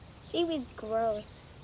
seaweed's gross.